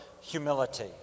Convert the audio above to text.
humility